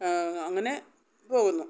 അങ്ങനെ പോകുന്നു